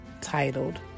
titled